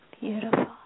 Beautiful